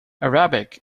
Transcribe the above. arabic